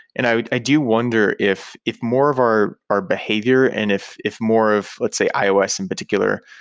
and i i do wonder if if more of our our behavior and if if more of, let's say, ios in particular,